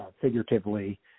figuratively